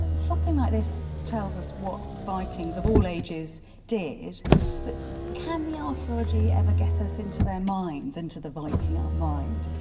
and something like this tells us what vikings of all ages did but can the archeology ever get us into their minds, into the viking ah mind?